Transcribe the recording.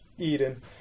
Eden